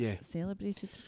celebrated